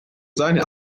seine